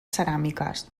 ceràmiques